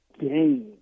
game